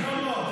אפסים.